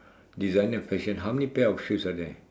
designer fashion how many pair of shoes are there